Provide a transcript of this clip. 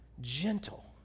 gentle